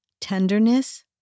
tenderness